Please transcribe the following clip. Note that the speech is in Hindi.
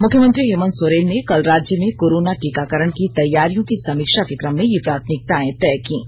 मुख्यमंत्री हेमंत सोरेन ने कल राज्य में कोरोना टीकाकरण की तैयारियों की समीक्षा के क्रम में ये प्राथमिकताएं तय कीं